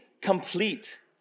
complete